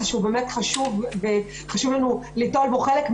שהוא באמת חשוב וחשוב לנו ליטול בו חלק,